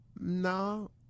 no